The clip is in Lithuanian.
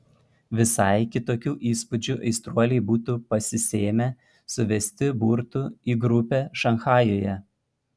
visai kitokių įspūdžių aistruoliai būtų pasisėmę suvesti burtų į grupę šanchajuje